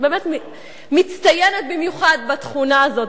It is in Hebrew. באמת מצטיינת במיוחד בתכונה הזאת,